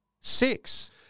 Six